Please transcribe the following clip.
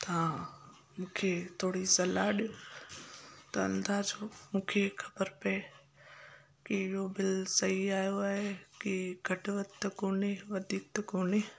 तव्हां मूंखे थोरी सलाह ॾियो त अंदाज़ो मूंखे ख़बर पिए कि इहो बिल सही आयो आहे कि घटि वधि त कोने वधीक त कोने